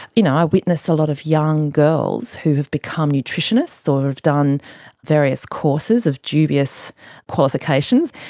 you know i've witnessed a lot of young girls who have become nutritionists or have done various courses of dubious qualifications.